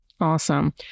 Awesome